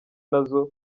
nazo